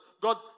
God